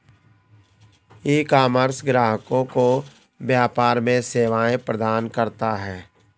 ecommerce ग्राहकों को व्यापार में सेवाएं प्रदान करता है